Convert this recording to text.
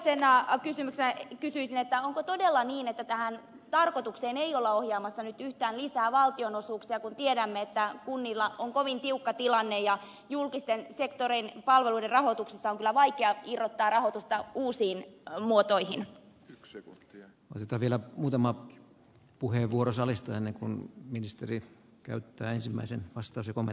toisena kysymyksenä kysyisin onko todella niin että tähän tarkoitukseen ei olla ohjaamassa nyt yhtään lisää valtionosuuksia kun tiedämme että kunnilla on kovin tiukka tilanne ja julkisen sektorin palveluiden rahoituksesta on kyllä vaikea irrottaa rahoitusta uusiin muotoihin lypsykuskeja mitä vielä muutama puheenvuoro solisteina kun ministeri käyttää ensimmäisen vastasi come